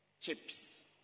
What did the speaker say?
chips